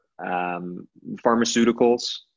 pharmaceuticals